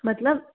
मतलब